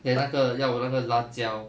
then 那个要那个辣椒